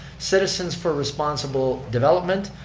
citizens for responsible development,